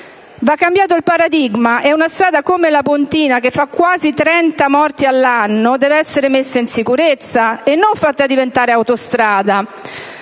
Va cambiato il paradigma e una strada come la Pontina, che fa quasi 30 morti all'anno, deve essere messa in sicurezza e non fatta diventare autostrada: